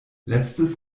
letztes